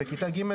בכיתה ג',